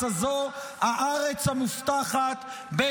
הזו -- רבין רצה להפסיק את הסכמי אוסלו.